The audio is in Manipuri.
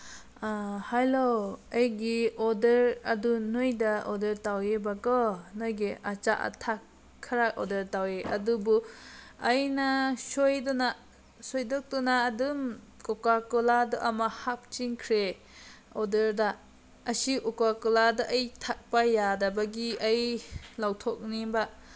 ꯍꯂꯣ ꯑꯩꯒꯤ ꯑꯣꯔꯗꯔ ꯑꯗꯨ ꯅꯣꯏꯗ ꯑꯣꯔꯗꯔ ꯇꯧꯏꯕꯀꯣ ꯅꯣꯏꯒꯤ ꯑꯆꯥ ꯑꯊꯛ ꯈꯔ ꯑꯣꯔꯗꯔ ꯇꯧꯏ ꯑꯗꯨꯕꯨ ꯑꯩꯅ ꯁꯣꯏꯗꯅ ꯁꯣꯏꯗꯣꯛꯇꯨꯅ ꯑꯗꯨꯝ ꯀꯣꯀꯥ ꯀꯣꯂꯥꯗ ꯑꯃ ꯍꯥꯞꯆꯤꯟꯈ꯭ꯔꯦ ꯑꯣꯔꯗꯔꯗ ꯑꯁꯤ ꯀꯣꯀꯥ ꯀꯣꯂꯥꯗ ꯑꯩ ꯊꯛꯄ ꯌꯥꯗꯕꯒꯤ ꯑꯩ ꯂꯧꯊꯣꯛꯅꯤꯡꯕ